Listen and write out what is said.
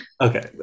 Okay